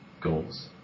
goals